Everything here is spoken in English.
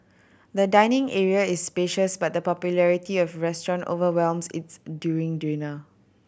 the dining area is spacious but the popularity of restaurant overwhelms its during dinner